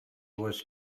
was